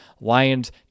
Lions